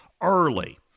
early